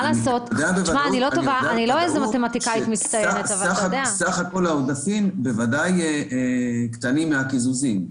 אני יודע בוודאות שסך כל העודפים בוודאי קטנים מהקיזוזים.